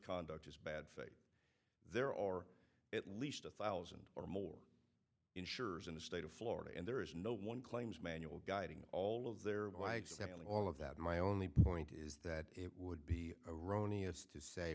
conduct is bad faith there are at least a thousand or more insurers in the state of florida and there is no one claims manual guiding all of their sailing all of that my only point is that it would be erroneous to say